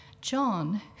John